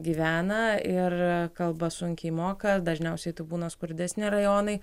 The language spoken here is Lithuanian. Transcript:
gyvena ir kalba sunkiai moka dažniausiai tai būna skurdesni rajonai